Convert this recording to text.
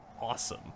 awesome